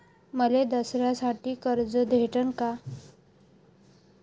मले दसऱ्यासाठी कर्ज भेटन का?